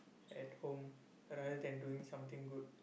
at home other than doing something good